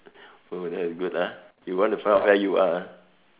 oh that is good ah you want to find out where you are ah